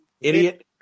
idiot